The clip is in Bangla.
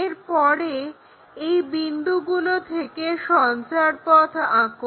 এর পরে এই বিন্দুগুলো থেকে সঞ্চারপথ আঁকো